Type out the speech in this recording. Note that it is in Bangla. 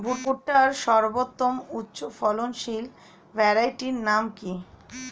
ভুট্টার সর্বোত্তম উচ্চফলনশীল ভ্যারাইটির নাম কি?